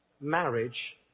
marriage